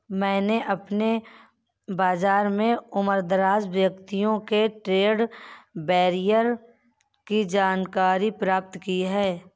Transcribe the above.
मैंने अपने बाज़ार के उमरदराज व्यापारियों से ट्रेड बैरियर की जानकारी प्राप्त की है